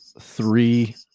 three